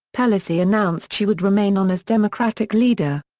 pelosi announced she would remain on as democratic leader.